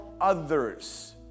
others